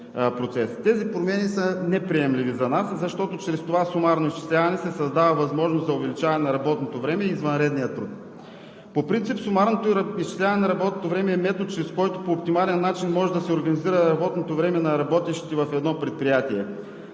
Тези промени са неприемливи за нас, защото чрез това сумарно изчисляване се създава възможност за увеличаване на работното време и извънредния труд. По принцип сумарното изчисляване на работното време е метод, чрез който по оптимален начин може да се организира работното време на работещите в едно предприятие.